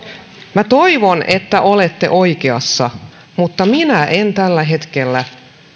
minä toivon että olette oikeassa mutta minä en tällä hetkellä